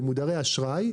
למודרי אשראי,